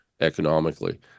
economically